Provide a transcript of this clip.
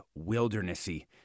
wildernessy